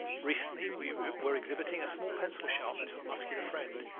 recently we were exhibiting a small pencil sharpener to a muscular friend.